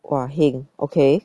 !wah! heng okay